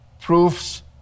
proofs